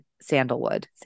sandalwood